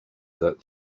that